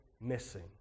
missing